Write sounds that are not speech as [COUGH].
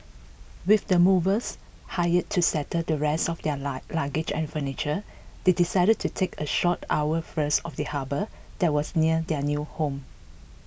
with the movers hired to settle the rest of their [UNINTELLIGIBLE] luggage and furniture they decided to take a short hour first of the harbour that was near their new home